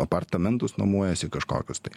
apartamentus nuomojasi kažkokius tai